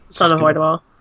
unavoidable